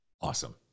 awesome